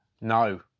No